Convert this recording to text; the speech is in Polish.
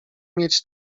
mieć